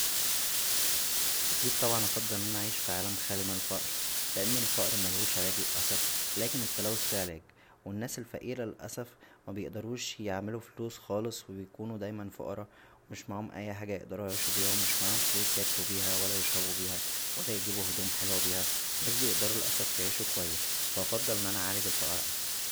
اكيد طبعا افضل ان انا اعيش فى عالم خالى من الفقر لان الفقر ملهوش علاج للاسف لكن التلوث ليه علاج و الناس الفقيره للاسف مبيقدروش يعملو فلوس خالص و بيكونو دايما فقراء مش معاهم اى حاجه يقدرو يعيشو بيها و مش معاهم فلوس ياكلو بيها ولا يشربو بيها ولا يجيبو هدوم حلوه بيها ومش بيقدرو للاسف يعيشو كويس فا هفضل ان انا اعالج الفقر احسن